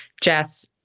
Jess